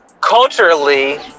Culturally